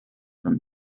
from